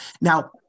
Now